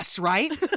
right